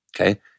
Okay